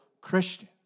Christian